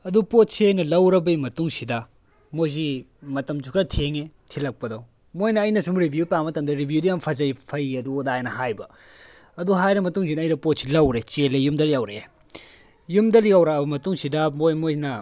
ꯑꯗꯨ ꯄꯣꯠꯁꯤ ꯑꯩꯅ ꯂꯧꯔꯕꯒꯤ ꯃꯇꯨꯡꯁꯤꯗ ꯃꯣꯏꯁꯤ ꯃꯇꯝꯁꯨ ꯈꯔ ꯊꯦꯡꯉꯦ ꯊꯤꯜꯂꯛꯄꯗꯣ ꯃꯣꯏꯅ ꯑꯩꯅꯁꯨꯝ ꯔꯤꯚ꯭ꯌꯨ ꯄꯥꯕ ꯃꯇꯝꯗ ꯔꯤꯚ꯭ꯌꯨꯗꯤ ꯌꯥꯝ ꯐꯖꯩ ꯐꯩ ꯑꯗꯨ ꯑꯗꯥꯅ ꯍꯥꯏꯕ ꯑꯗꯨ ꯍꯥꯏꯔꯕ ꯃꯇꯨꯡꯁꯤꯗ ꯑꯩꯅ ꯄꯣꯠꯁꯦ ꯂꯧꯔꯦ ꯆꯦꯜꯂꯦ ꯌꯨꯝꯗ ꯌꯧꯔꯛꯑꯦ ꯌꯨꯝꯗ ꯌꯧꯔꯛꯑꯕ ꯃꯇꯨꯡꯁꯤꯗ ꯃꯣꯏ ꯃꯣꯏꯅ